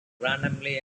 randomly